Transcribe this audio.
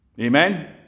Amen